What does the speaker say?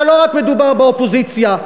לא מדובר רק באופוזיציה.